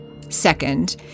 Second